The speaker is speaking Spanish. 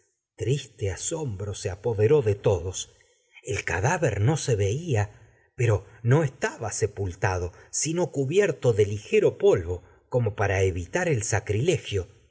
triste asombro no se apoderó sepul de todos cadáver se véia pero no estaba para tado sino cubierto de ligero polvo como evitar el sacrilegio